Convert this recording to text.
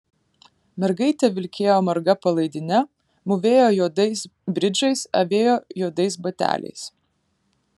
mergaitė vilkėjo marga palaidine mūvėjo juodais bridžais avėjo juodais bateliais